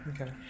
Okay